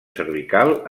cervical